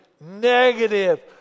negative